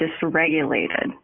dysregulated